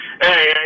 Hey